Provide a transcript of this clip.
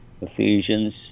Ephesians